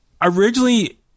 originally